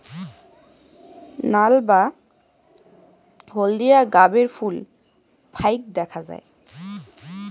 নাল বা হলদিয়া গাবের ফুল ফাইক দ্যাখ্যা যায়